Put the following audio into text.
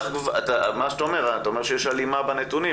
אתה אומר שיש הלימה בנתונים,